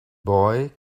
boy